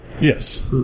Yes